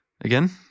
Again